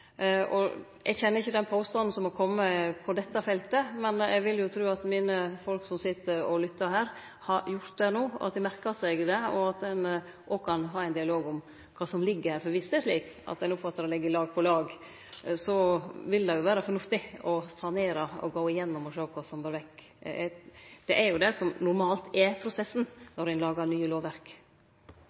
regelverk. Eg kjenner ikkje til den påstanden som er komen på dette feltet, men eg vil tru at mine folk som sit og lyttar her, har merka seg dette, og at ein òg kan ha ein dialog om kva som ligg her. Viss det er slik at det ligg lag på lag, vil det vere fornuftig å sanere, gå gjennom og sjå på kva som bør vekk. Det er jo det som normalt er prosessen når ein lagar nye lovverk.